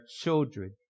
children